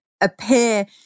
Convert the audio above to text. appear